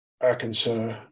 Arkansas